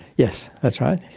yes, that's right,